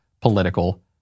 political